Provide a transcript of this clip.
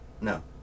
No